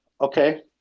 Okay